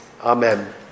Amen